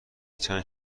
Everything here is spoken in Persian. چند